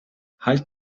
halt